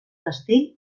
castell